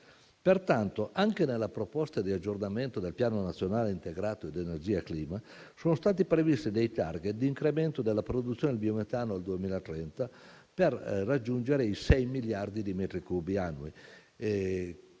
Pertanto, anche nella proposta di aggiornamento del Piano nazionale integrato per l'energia e il clima, sono stati previsti dei *target* di incremento della produzione di biometano al 2030, per raggiungere i 6 miliardi di metri cubi annui,